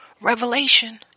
revelation